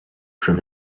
from